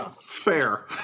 Fair